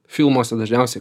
filmuose dažniausiai